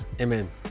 Amen